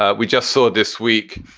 ah we just saw this week.